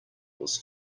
was